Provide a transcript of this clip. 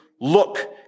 look